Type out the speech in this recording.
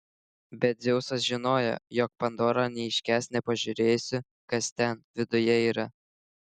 bet dzeusas žinojo jog pandora neiškęs nepažiūrėjusi kas ten viduje yra